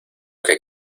que